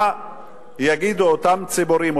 מה יגידו אותם ציבורים,